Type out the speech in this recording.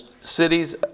cities